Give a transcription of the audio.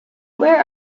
where